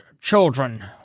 children